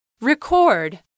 Record